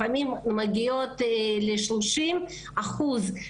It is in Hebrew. מגיעות לפעמים ל-30 אחוז,